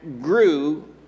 grew